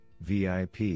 VIP